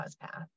path